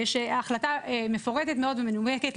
ויש החלטה מפורטת מאוד ומנומקת,